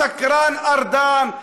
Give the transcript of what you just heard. השקרן ארדן,